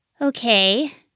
Okay